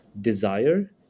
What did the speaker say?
desire